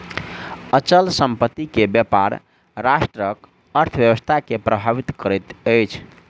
अचल संपत्ति के व्यापार राष्ट्रक अर्थव्यवस्था के प्रभावित करैत अछि